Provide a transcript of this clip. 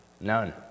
None